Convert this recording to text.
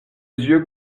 yeux